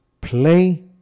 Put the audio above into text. play